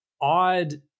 odd